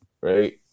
right